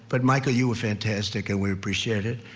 but michael, you were fantastic and we appreciate it.